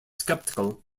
sceptical